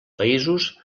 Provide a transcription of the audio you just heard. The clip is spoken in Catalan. països